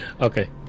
okay